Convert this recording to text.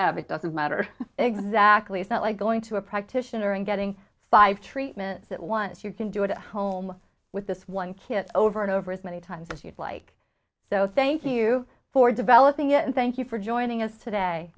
have it doesn't matter exactly it's not like going to a practitioner and getting five treatments at once you can do it at home with this one kit over and over as many times as you'd like so thank you for developing it and thank you for joining us today